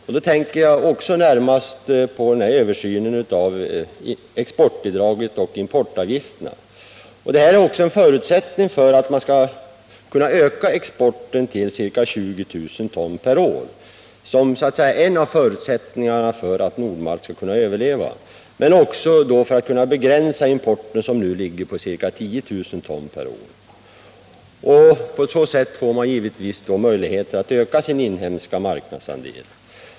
Jag tänker då närmast på översynen när det gäller exportbidraget och importavgifterna. En förbättring härvidlag är nämligen nödvändig dels för att företaget skall kunna öka exporten till ca 20 000 ton per år, vilket är en av förutsättningarna för att det skall kunna överleva, dels också för att man skall kunna begränsa importen som nu ligger på ca 10 000 ton per år. Företaget skulle på så sätt få möjligheter att öka sin inhemska marknadsandel.